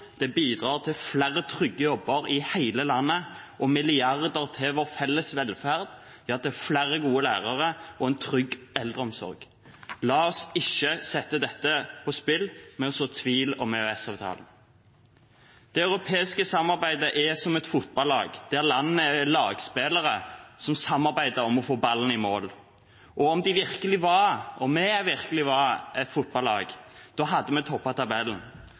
Handel bidrar til flere trygge jobber i hele landet og milliarder til vår felles velferd, flere gode lærere og en trygg eldreomsorg. La oss ikke sette dette på spill ved å så tvil om EØS-avtalen. Det europeiske samarbeidet er som et fotballag, der landene er lagspillere som samarbeider om å få ballen i mål. Og om vi virkelig var et fotballag, hadde vi